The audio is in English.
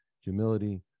humility